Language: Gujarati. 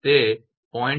તેથી તે 0